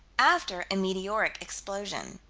after a meteoric explosion.